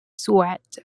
sweat